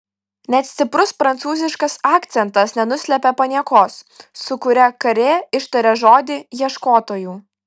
net stiprus prancūziškas akcentas nenuslėpė paniekos su kuria karė ištarė žodį ieškotojų